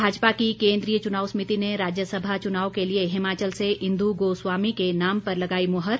भाजपा की केन्द्रीय चुनाव समिति ने राज्यसभा चुनाव के लिए हिमाचल से इंदु गोस्वामी के नाम पर लगाई मोहर